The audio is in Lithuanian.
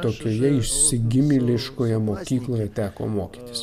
tokioje išsigimėliškoje mokykloje teko mokytis